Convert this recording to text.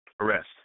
Arrest